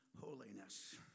holiness